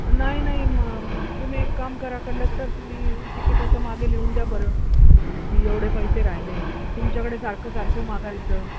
नाही नाही मग तुम्ही एक काम करा कंडक्टर तुम्ही तिकिटाच्या मागे लिहून द्या बरं की एवढे पैसे राहिले तुमच्याकडे सारखं सारखं मागायचं